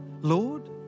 Lord